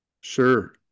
sure